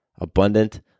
Abundant